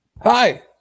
Hi